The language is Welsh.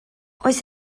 oes